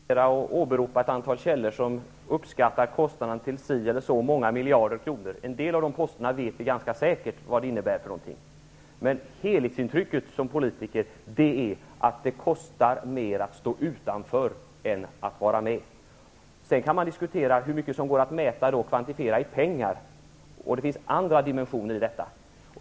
Fru talman! Jag skulle kunna åberopa ett antal källor som uppskattar kostnaden till si eller så många miljarder kronor. En del kostnadsposter vet vi ganska säkert vad de kommer att innebära, men helhetsintrycket är att det kostar mer att stå utanför än att vara med. Man kan diskutera hur mycket som går att mäta i pengar, men det finns också andra dimensioner i detta.